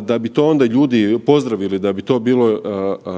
da bi to onda ljudi pozdravili, da bi to bilo